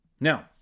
Now